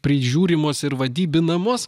prižiūrimos ir vadybinamos